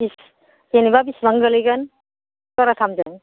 इस जेन'बा बेसेबां गोग्लैगोन जराथामजों